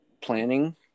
planning